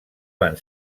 van